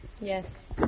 Yes